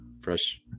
fresh